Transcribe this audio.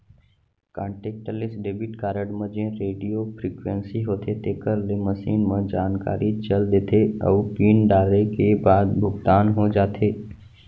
contactless debit card म जेन radio frequency होथे तेकर ले मसीन म जानकारी चल देथे अउ पिन डारे के बाद भुगतान हो जाथे